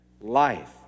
Life